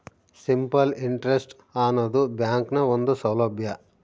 simple interest ಆನದು ಬ್ಯಾಂಕ್ನ ಒಂದು ಸೌಲಬ್ಯಾ